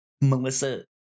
Melissa